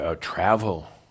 travel